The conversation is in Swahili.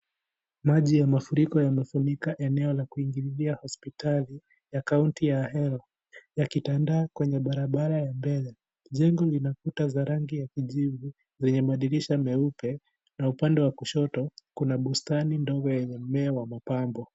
Maji ya mafuriko yamefurika eneo la kuingililia hospitali, ya kaunti ya Ahero, yakitandaa kwenye barabara ya mbele, jengo lina kuta za rangi ya kijivu, zenye madirisha meupe, na upande wa kushoto, kuna bustani ndogo yenye mmea wa mapango..